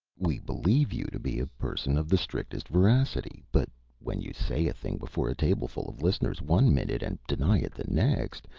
we believe you to be a person of the strictest veracity, but when you say a thing before a tableful of listeners one minute, and deny it the next,